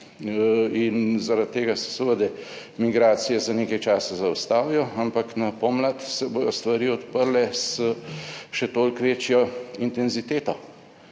in zaradi tega se seveda migracije za nekaj časa zaustavijo, ampak na pomlad se bodo stvari odprle s še toliko večjo intenziteto